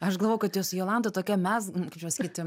aš glavojau kad jos jolanta tokia mez kaip čia pasakyti